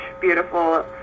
beautiful